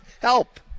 Help